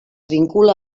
vincula